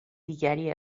دیگری